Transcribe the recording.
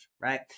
right